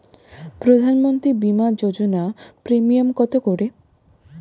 প্রধানমন্ত্রী বিমা যোজনা প্রিমিয়াম কত করে?